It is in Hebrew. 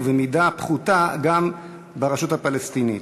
ובמידה פחותה גם ברשות הפלסטינית.